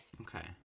Okay